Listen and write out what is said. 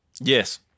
Yes